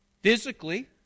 physically